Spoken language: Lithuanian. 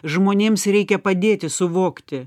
žmonėms reikia padėti suvokti